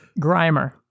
Grimer